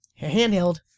Handheld